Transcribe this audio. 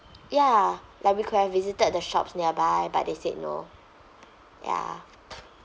ya like we could have visited the shops nearby but they said no ya